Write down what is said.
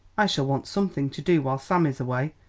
i shall want something to do while sam is away,